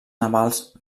navals